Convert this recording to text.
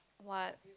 what